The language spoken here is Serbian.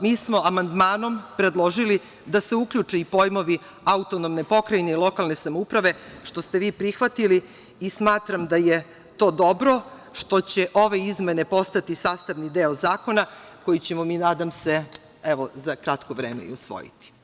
Mi smo amandmanom predložili da se uključe i pojmovi: autonomne pokrajine i lokalne samouprave što ste vi prihvatili i smatram da je to dobro, što će ove izmene postati sastavni deo zakona koji ćemo mi, nadam se, uskoro i usvojiti.